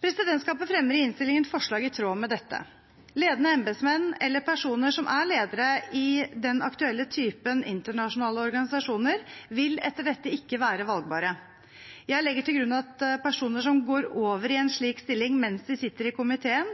Presidentskapet fremmer i innstillingen forslag i tråd med dette. Ledende embetsmenn eller personer som er ledere i den aktuelle typen internasjonale organisasjoner, vil etter dette ikke være valgbare. Jeg legger til grunn at personer som går over i en slik stilling mens de sitter i komiteen,